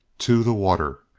to the water,